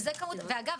ואגב,